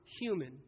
human